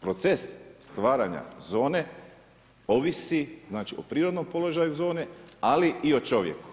Proces stvaranja zone ovisi o prirodnom položaju zone, ali i o čovjeku